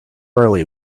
early